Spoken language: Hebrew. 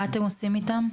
מה אתם עושים איתם?